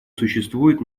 существуют